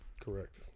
Correct